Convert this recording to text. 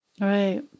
Right